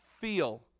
feel